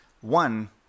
One